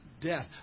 death